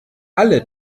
alle